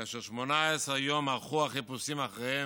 כאשר 18 יום ארכו החיפושים אחריהם,